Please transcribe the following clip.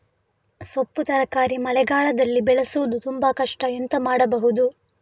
ಸೊಪ್ಪು ತರಕಾರಿ ಮಳೆಗಾಲದಲ್ಲಿ ಬೆಳೆಸುವುದು ತುಂಬಾ ಕಷ್ಟ ಎಂತ ಮಾಡಬಹುದು?